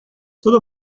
toda